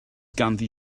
ganddi